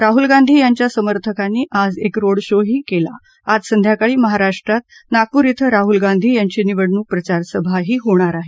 राहुल गांधी यांच्या समर्थकांनी आज एक रोड शो ही केला आज संध्याकाळी महाराष्ट्रात नागपूर डीं राहुल गांधी यांची निवडणूक प्रचार सभाही होणार आहे